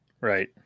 Right